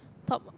top